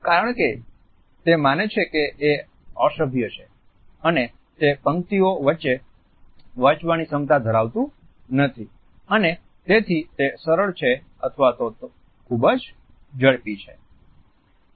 કારણ કે તે માને છે કે તે અસભ્ય છે અને તે પંક્તિઓ વચ્ચે વાંચવાની ક્ષમતા ધરાવતું નથી અને તેથી તે સરળ છે અથવા તો ખૂબ ઝડપી છે